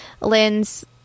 Lynn's